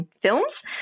films